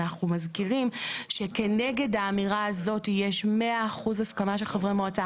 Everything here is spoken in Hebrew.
אנחנו מזכירים שכנגד האמירה הזאת יש 100 אחוזים הסכמה של חברי מועצה